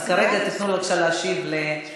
אז כרגע תיתנו לו בבקשה להשיב להצעה לסדר-היום.